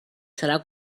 serà